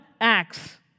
acts